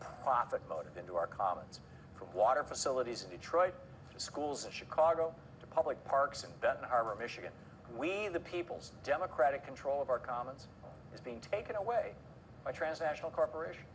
profit motive into our commons from water facilities in detroit schools in chicago to public parks in benton harbor michigan we the people's democratic control of our commons is being taken away by transnational corporations